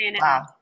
Wow